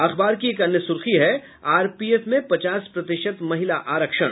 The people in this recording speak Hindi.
अखबार की एक अन्य सूर्खी है आरपीएफ में पचास प्रतिशत महिला आरक्षण